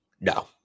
No